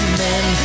men